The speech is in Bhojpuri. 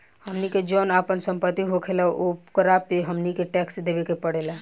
हमनी के जौन आपन सम्पति होखेला ओकरो पे हमनी के टैक्स देबे के पड़ेला